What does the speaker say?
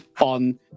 on